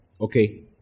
Okay